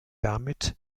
damit